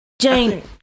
Jane